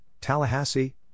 Tallahassee